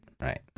right